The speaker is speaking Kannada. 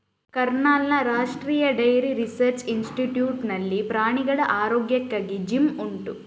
ಕರ್ನಾಲ್ನ ರಾಷ್ಟ್ರೀಯ ಡೈರಿ ರಿಸರ್ಚ್ ಇನ್ಸ್ಟಿಟ್ಯೂಟ್ ನಲ್ಲಿ ಪ್ರಾಣಿಗಳ ಆರೋಗ್ಯಕ್ಕಾಗಿ ಜಿಮ್ ಉಂಟು